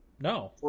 no